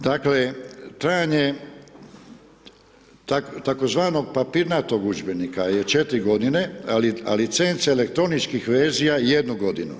Dakle, trajanje tzv. papirnatog udžbenika je 4 godine, a licence elektroničkih verzija 1 godinu.